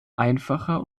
einfacher